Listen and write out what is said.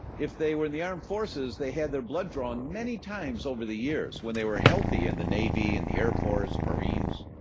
if they were in the armed forces, they had their blood drawn many times over the years when they were healthy, in and the navy, in the air force, marines.